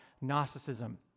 Gnosticism